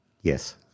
Yes